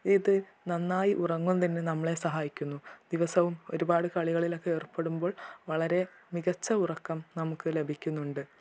ഇത് നന്നായി ഉറങ്ങുന്നതിനും നമ്മളെ സഹായിക്കുന്നു ദിവസവും ഒരുപാട് കളികളിലൊക്കെ ഏർപ്പെടുമ്പോൾ വളരെ മികച്ച ഉറക്കം നമുക്ക് ലഭിക്കുന്നുണ്ട്